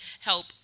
help